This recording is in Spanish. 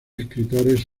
escritores